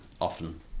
often